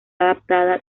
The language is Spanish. adaptada